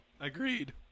Agreed